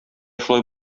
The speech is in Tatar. шулай